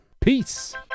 Peace